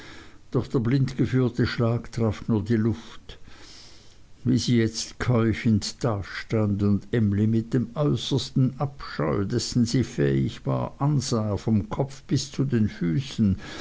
doch der blind geführte schlag traf nur die luft wie sie jetzt keuchend dastand und emly mit dem äußersten abscheu dessen sie fähig war ansah vom kopf bis zu den füßen